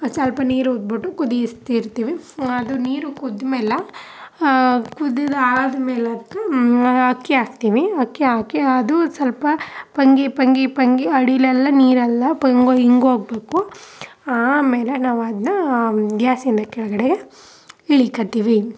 ಸ್ವಲ್ಪ ನೀರು ಊದ್ಬಿಟ್ಟು ಕುದೀಸ್ತಿರ್ತೀವಿ ಅದು ನೀರು ಕುದ್ದ ಮೇಲೆ ಕುದ್ದಿದ ಆದ್ಮೇಲೆ ಅದ್ಕೆ ಅಕ್ಕಿ ಹಾಕ್ತೀನಿ ಅಕ್ಕಿ ಹಾಕಿ ಅದೂ ಸ್ವಲ್ಪ ಪಂಗಿ ಪಂಗಿ ಪಂಗಿ ಅಡಿಲೆಲ್ಲ ನೀರೆಲ್ಲ ಪಂಗೊ ಹಿಂಗೋಗ್ಬೇಕು ಆಮೇಲೆ ನಾವದನ್ನ ಗ್ಯಾಸಿಂದ ಕೆಳಗಡೆ ಇಳಿಕತ್ತೀವಿ